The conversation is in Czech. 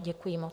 Děkuji moc.